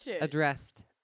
addressed